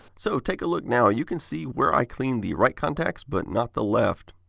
so take a look now, you can see where i cleaned the right contacts but not the left.